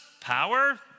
power